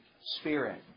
spirit